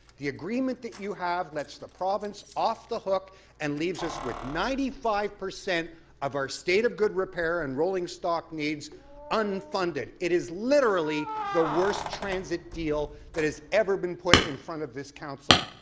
the agreement that you have let's the province off the hook and leaves us with ninety five percent of our state of good repair and rolling stock needs unfunded. it is literally the worst transit deal that has ever been put in front of this council.